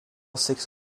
six